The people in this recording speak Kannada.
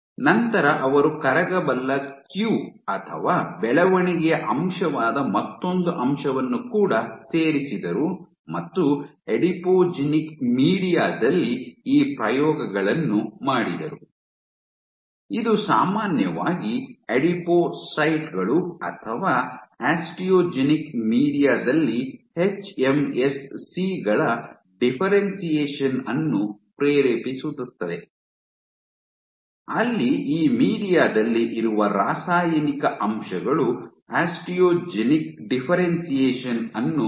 ನಂತರ ಅವರು ಕರಗಬಲ್ಲ ಕ್ಯೂ ಅಥವಾ ಬೆಳವಣಿಗೆಯ ಅಂಶವಾದ ಮತ್ತೊಂದು ಅಂಶವನ್ನು ಕೂಡ ಸೇರಿಸಿದರು ಮತ್ತು ಅಡಿಪೋಜೆನಿಕ್ ಮೀಡಿಯಾ ದಲ್ಲಿ ಈ ಪ್ರಯೋಗಗಳನ್ನು ಮಾಡಿದರು ಇದು ಸಾಮಾನ್ಯವಾಗಿ ಅಡಿಪೋಸೈಟ್ಗಳು ಅಥವಾ ಆಸ್ಟಿಯೋಜೆನಿಕ್ ಮೀಡಿಯಾ ದಲ್ಲಿ ಎಚ್ಎಂಎಸ್ಸಿ ಗಳ ಡಿಫ್ಫೆರೆನ್ಶಿಯೇಷನ್ ಅನ್ನು ಪ್ರೇರೇಪಿಸುತ್ತದೆ ಅಲ್ಲಿ ಈ ಮೀಡಿಯಾ ದಲ್ಲಿ ಇರುವ ರಾಸಾಯನಿಕ ಅಂಶಗಳು ಆಸ್ಟಿಯೋಜೆನಿಕ್ ಡಿಫ್ಫೆರೆನ್ಶಿಯೇಷನ್ ಅನ್ನು ಪ್ರೇರೇಪಿಸುತ್ತದೆ